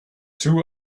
too